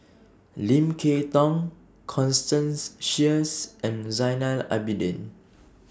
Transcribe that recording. Lim Kay Tong Constance Sheares and Zainal Abidin